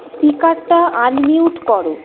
স্পিকারটা unmute করো